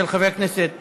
של חבר הכנסת צור.